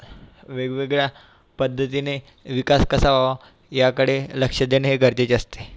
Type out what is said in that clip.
वेगवेगळ्या पद्धतीने विकास कसा व्हावा याकडे लक्ष देणे हे गरजेचे असते